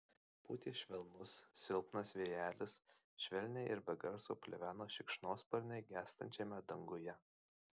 pūtė švelnus silpnas vėjelis švelniai ir be garso pleveno šikšnosparniai gęstančiame danguje